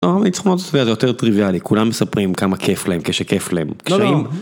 זה יותר טריוויאלי כולם מספרים כמה כיף להם כשכיף להם.